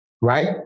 right